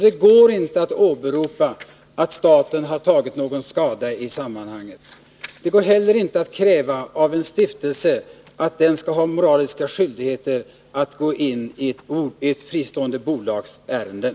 Det går inte att åberopa att staten har tagit någon skada i sammanhanget. Det går inte heller att kräva av en stiftelse att den skall ha moraliska skyldigheter att gå in i ett fristående bolags ärenden.